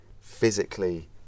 physically